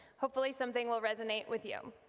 hopefully something will resonate with you.